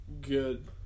good